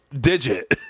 digit